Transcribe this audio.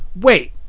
wait